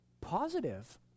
positive